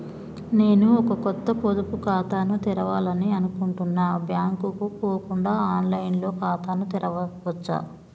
నేను ఒక కొత్త పొదుపు ఖాతాను తెరవాలని అనుకుంటున్నా బ్యాంక్ కు పోకుండా ఆన్ లైన్ లో ఖాతాను తెరవవచ్చా?